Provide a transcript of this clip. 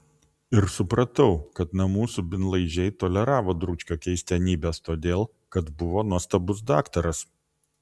ir supratau kad namų subinlaižiai toleravo dručkio keistenybes todėl kad buvo nuostabus daktaras